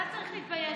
אתה צריך להתבייש,